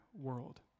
world